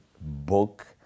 book